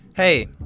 Hey